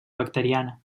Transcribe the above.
bacteriana